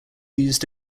used